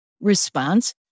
response